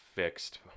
fixed